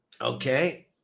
Okay